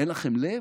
אין לכם לב?